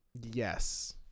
Yes